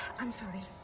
i'm sorry.